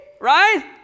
right